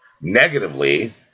Negatively